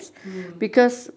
mm